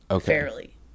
Fairly